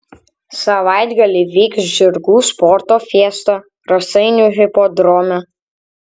savaitgalį vyks žirgų sporto fiesta raseinių hipodrome